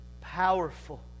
powerful